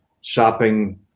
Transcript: shopping